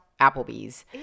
Applebee's